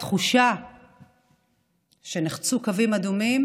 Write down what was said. התחושה שנחצו קווים אדומים